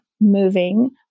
moving